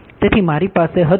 તેથી મારી પાસે હતું